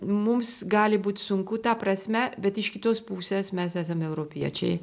mums gali būt sunku ta prasme bet iš kitos pusės mes esame europiečiai